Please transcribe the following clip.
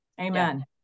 amen